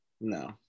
No